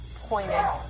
pointed